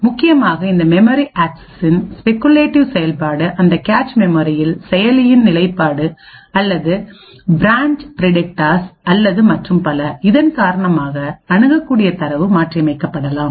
முக்கியமாக இந்த மெமரி ஆக்சிஸின் ஸ்பெகுலேட்டிவ் செயல்பாடு அல்லது கேச் மெமரியில் செயலின் நிலைப்பாடு அல்லது பிரான்ச் பிரீடிக்டர் அல்லது மற்றும் பல இதன் காரணமாக அணுகக்கூடிய தரவு மாற்றியமைக்கப்படலாம்